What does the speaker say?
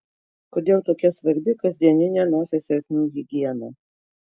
kodėl tokia svarbi kasdieninė nosies ertmių higiena